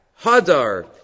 hadar